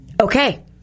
Okay